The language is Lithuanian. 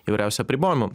įvairiausių apribojimų